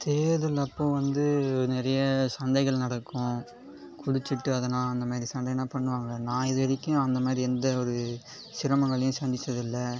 தேர்தல் அப்போ வந்து நிறைய சண்டைகள் நடக்கும் குடிச்சுட்டு அதெலாம் அந்த மாதிரி சண்டைலாம் பண்ணுவாங்க நான் இதுவரைக்கும் அந்த மாதிரி எந்த ஒரு சிரமங்களையும் சந்திச்சது இல்லை